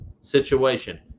situation